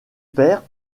père